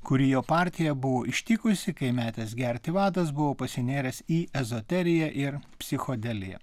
kuri jo partiją buvo ištikusi kai metęs gerti vadas buvo pasinėręs į ezoteriką ir psichodeliją